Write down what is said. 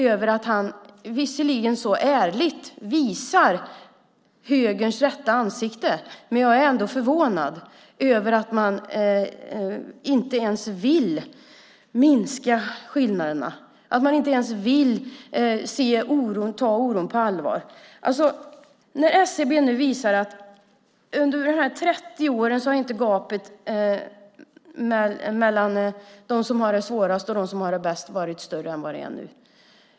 Han visar visserligen ärligt högerns rätta ansikte, men jag är ändå förvånad över att man inte ens vill minska skillnaderna, att man inte ens vill se oron och ta oron på allvar. SCB:s siffror visar alltså att under de här 30 åren har gapet mellan dem som har det svårast och dem som har det bäst inte varit större än vad det är nu.